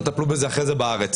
תטפלו בזה אחרי זה בארץ.